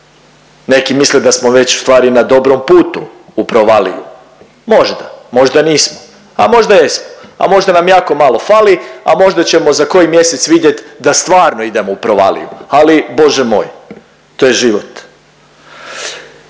Neki misle da smo već u stvari na dobrom putu u provaliju. Možda, možda nismo, a možda jesmo, a možda nam jako malo fali, a možda ćemo za koji mjesec vidjet da stvarno idemo u provaliju ali Bože moj, to je život.